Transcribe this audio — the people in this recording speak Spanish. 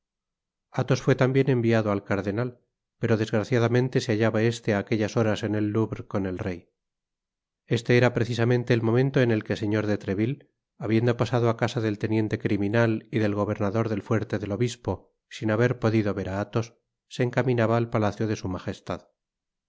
athos fué tambien enviado al cardenal pero desgraciadamente se hallaba este á aquellas horas en el louvre con el rey este era precisamente el momento en que el señor de treville habiendo pasado á casa del teniente criminal y del gobernador del fuerte del obispo sin haber podido ver á athos se encaminaba al palacio de s